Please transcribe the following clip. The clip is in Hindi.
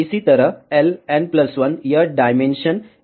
इसी तरह Ln 1यह डायमेंशन है